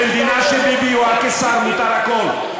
במדינה שביבי הוא הקיסר מותר הכול.